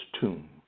tomb